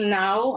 now